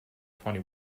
twenty